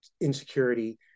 insecurity